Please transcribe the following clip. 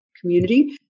community